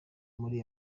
muri